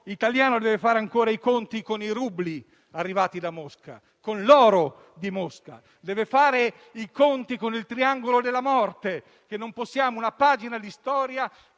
italiano deve fare ancora i conti con i rubli arrivati da Mosca, con l'oro di Mosca; deve fare i conti con il cosiddetto triangolo della morte, una pagina di storia